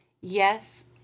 Yes